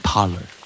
Parlor